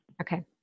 Okay